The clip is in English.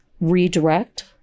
redirect